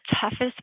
toughest